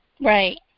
right